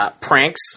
Pranks